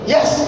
Yes